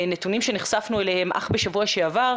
נתונים שנחשפנו אליהם אך בשבוע שעבר,